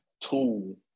tool